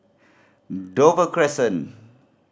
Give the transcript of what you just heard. Dover Crescent